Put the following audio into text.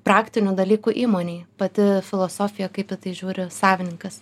praktinių dalykų įmonėje pati filosofija kaip į tai žiūri savininkas